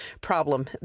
problem